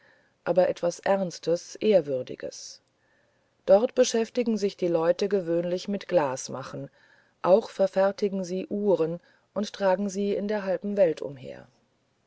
aber etwas ernstes ehrwürdiges dort beschäftigen sich die leute gewöhnlich mit glasmachen auch verfertigen sie uhren und tragen sie in der halben welt umher